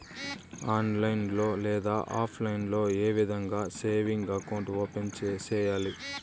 online లో లేదా offline లో ఏ విధంగా సేవింగ్ అకౌంట్ ఓపెన్ సేయాలి